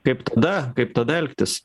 kaip tada kaip tada elgtis